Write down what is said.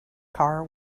car